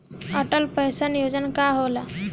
Atal pension योजना का होला?